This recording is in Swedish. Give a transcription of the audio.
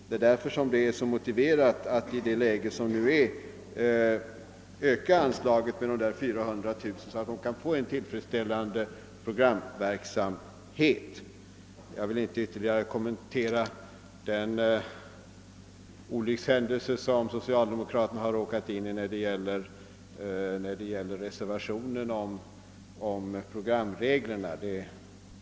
Det är därför som det är så motiverat att i dagens läge öka anslaget med 400 000 kronor, så att det kan bli en tillfredsställande programverksamhet. Jag vill inte ytterligare kommentera den olyckshändelse som socialdemokraterna har råkat ut för när dei gäller reservationen om programreglerna.